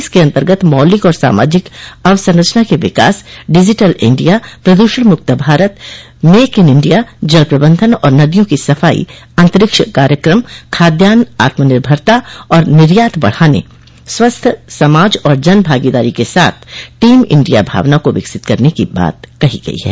इसके अंतर्गत मौलिक और सामाजिक अवसंरचना के विकास डिजिटिल इंडिया प्रदूषण मुक्त भारत मेक इन इंडिया जल प्रबंधन और नदियों की सफाई अंतरिक्ष कार्यक्रम खाद्यान आत्मनिर्भरता और निर्यात बढ़ाने स्वस्थ समाज और जन भागीदारी के साथ टीम इंडिया भावना को विकसित करने की बात कही गई है